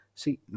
See